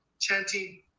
chanting